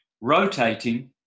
rotating